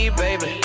baby